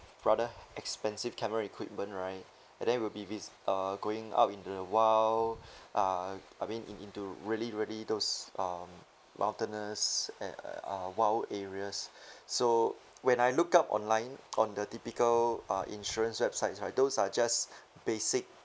rather expensive camera equipment right and then we'll be visi~ uh going out into the wild uh I mean in into really really those uh mountainous and uh uh wild areas so when I look up online on the typical uh insurance websites right those are just basic